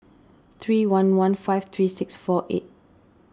three one one five three six four eight